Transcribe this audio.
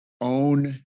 own